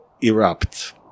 erupt